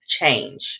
change